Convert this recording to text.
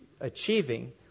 achieving